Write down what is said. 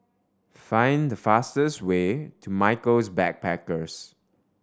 find the fastest way to Michaels Backpackers